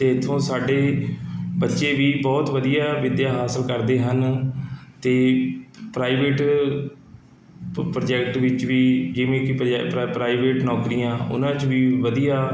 ਅਤੇ ਇੱਥੋਂ ਸਾਡੇ ਬੱਚੇ ਵੀ ਬਹੁਤ ਵਧੀਆ ਵਿੱਦਿਆ ਹਾਸਲ ਕਰਦੇ ਹਨ ਅਤੇ ਪ੍ਰਾਈਵੇਟ ਪ ਪ੍ਰੋਜੈਕਟ ਵਿੱਚ ਵੀ ਜਿਵੇਂ ਕਿ ਪਜੈ ਪ੍ਰਾਈ ਪ੍ਰਾਈਵੇਟ ਨੌਕਰੀਆਂ ਉਹਨਾਂ 'ਚ ਵੀ ਵਧੀਆ